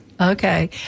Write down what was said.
Okay